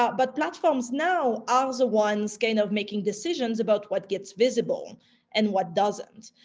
ah but platforms now are the ones kind of making decisions about what gets visible and what doesn't.